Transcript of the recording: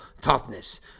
toughness